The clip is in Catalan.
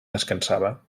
descansava